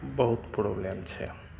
बहुत प्रोब्लेम छै